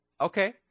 Okay